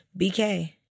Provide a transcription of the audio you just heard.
BK